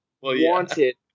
wanted